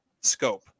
scope